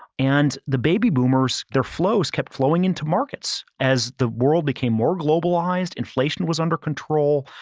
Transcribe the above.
and the baby boomers, their flows kept flowing into markets as the world became more globalized, inflation was under control,